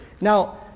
Now